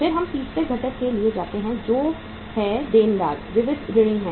फिर हम तीसरे घटक के लिए जाते हैं जो देनदार विविध ऋणी हैं